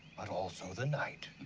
but also the night.